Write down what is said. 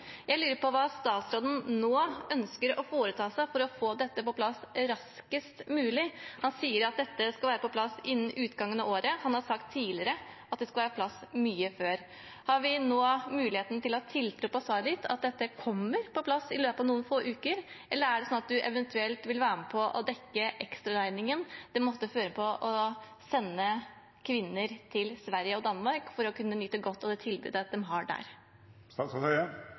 Jeg lurer på hva statsråden nå ønsker å foreta seg for å få dette på plass raskes mulig. Han sier at dette skal være på plass innen utgangen av året, han har sagt tidligere at det skulle være på plass mye før. Har vi nå muligheten til å tilte på svaret, at dette kommer på plass i løpet av noen få uker, eller er det sånn at statsråden eventuelt vil være med på å dekke ekstraregningen det måtte føre med seg å sende kvinner til Sverige og Danmark for å kunne nyte godt av det tilbudet de har der?